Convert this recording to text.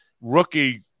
rookie